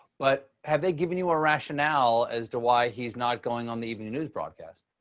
but have they given you a rationale as to why he is not going on the evening news broadcast?